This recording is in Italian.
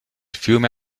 fiume